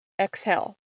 exhale